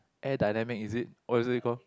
air dynamic is it what is it call